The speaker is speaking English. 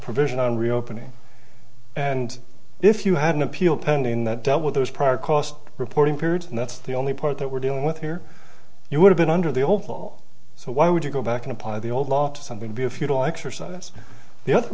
provision on reopening and if you had an appeal pending that dealt with those prior cost reporting period and that's the only part that we're dealing with here you would have been under the old law so why would you go back in the old law to something be a futile exercise the other